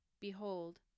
Behold